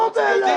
לא בהלה.